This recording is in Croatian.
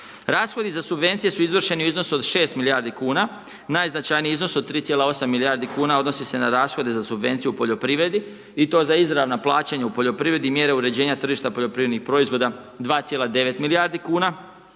Rashodi za subvencije su izvršeni u iznosu od 6 milijardi kuna, najznačajniji iznos od 3,8 milijardi kuna odnosi se na rashode za subvencije u poljoprivredi i to za izravna plaćanja u poljoprivredi, mjere uređenja tržišta poljoprivrednih proizvoda 2,9 milijardi kuna